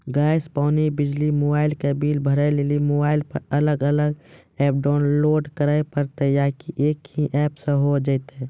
Gas, पानी, बिजली, mobile के बिल भरे लेली मोबाइल पर अलग अलग एप्प लोड करे परतै या एक ही एप्प से होय जेतै?